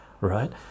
Right